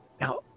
Now